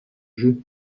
jeu